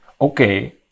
Okay